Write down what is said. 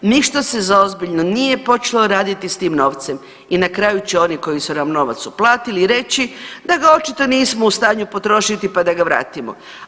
Ništa se za ozbiljno nije počelo raditi s tim novcem i na kraju će oni koji su nam novac uplatili reći da ga očito nismo u stanju potrošiti pa da ga vratimo.